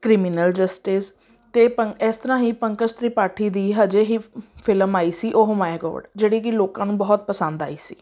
criminal justice ਅਤੇ ਪੰਕ ਇਸ ਤਰ੍ਹਾਂ ਹੀ ਪੰਕਜ ਤ੍ਰਿਪਾਠੀ ਦੀ ਹਜੇ ਹੀ ਫਿਲਮ ਆਈ ਸੀ ਓ ਮਾਈ ਗੋਡ ਜਿਹੜੀ ਕਿ ਲੋਕਾਂ ਨੂੰ ਬਹੁਤ ਪਸੰਦ ਆਈ ਸੀ